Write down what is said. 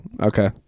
okay